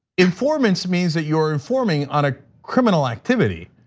informants means that you're informing on a criminal activity.